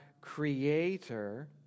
creator